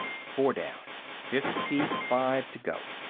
four down. fifty-five to go.